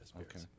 Okay